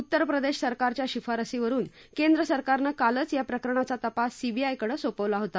उत्तर प्रदेश सरकारच्या शिफारशीवरुन केंद्र सरकारनं कालच या प्रकरणाचा तपास सीबीआयकडं सोपवला होता